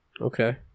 Okay